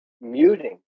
muting